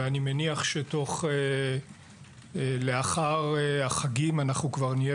ואני מניח שלאחר החגים אנחנו כבר נהיה